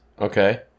Okay